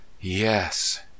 Yes